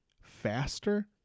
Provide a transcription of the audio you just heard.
faster